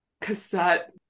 cassette